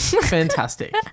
Fantastic